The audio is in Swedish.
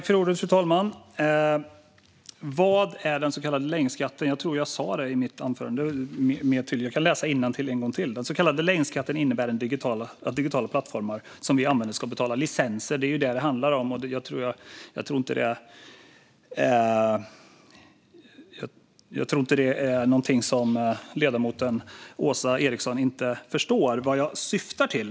Fru talman! Jag tror att jag i mitt anförande sa vad den så kallade länkskatten är. Men jag kan läsa innantill en gång till: Den så kallade länkskatten innebär att digitala plattformar som vi använder ska betala licenser. Det är detta det handlar om. Och jag tror inte att ledamoten Åsa Eriksson inte förstår vad jag syftar på.